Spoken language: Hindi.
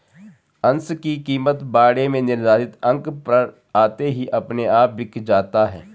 अंश की कीमत बाड़े में निर्धारित अंक पर आते ही अपने आप बिक जाता है